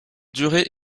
durée